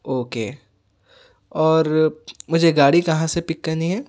okay اور مجھے گاڑی کہاں سے پک کرنی ہے